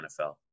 NFL